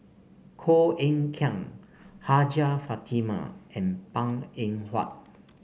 Koh Eng Kian Hajjah Fatimah and Png Eng Huat